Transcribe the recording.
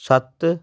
ਸੱਤ